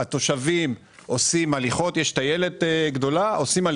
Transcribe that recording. התושבים עושים הליכות בטיילת גדולה שיש שם.